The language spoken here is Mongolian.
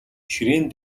ширээн